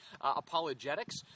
apologetics